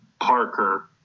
Parker